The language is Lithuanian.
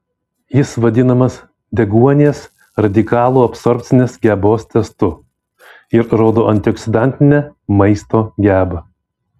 jis vadinamas deguonies radikalų absorbcinės gebos testu ir rodo antioksidantinę maisto gebą